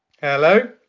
hello